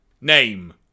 Name